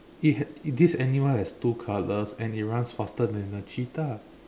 it had this animal has two colors and it runs faster than a cheetah